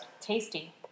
Tasty